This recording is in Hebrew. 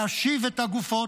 להשיב את הגופות,